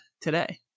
today